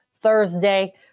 Thursday